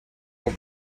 will